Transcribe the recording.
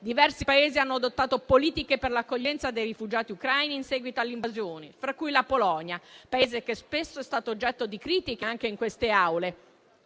Diversi Paesi hanno adottato politiche per l'accoglienza dei rifugiati ucraini in seguito all'invasione, fra cui la Polonia, Paese che spesso è stato oggetto di critiche, anche in queste Aule,